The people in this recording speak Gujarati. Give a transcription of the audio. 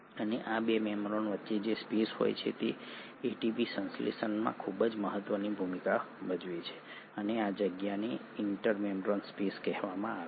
અને આ 2 મેમ્બ્રેન વચ્ચે જે સ્પેસ હોય છે તે એટીપી સંશ્લેષણમાં ખૂબ જ મહત્વની ભૂમિકા ભજવે છે અને આ જગ્યાને ઇન્ટર મેમ્બ્રેન સ્પેસ કહેવામાં આવે છે